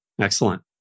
excellent